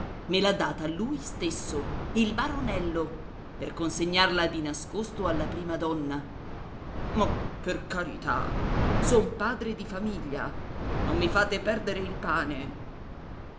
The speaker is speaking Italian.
me l'ha data lui stesso il baronello per consegnarla di nascosto alla prima donna ma per carità son padre di famiglia non mi fate perdere il pane